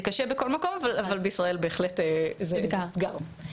זה קשה בכל מקום, אבל בישראל בהחלט זה אתגר.